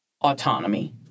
autonomy